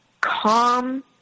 calm